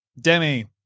Demi